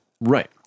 right